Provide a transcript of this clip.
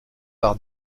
par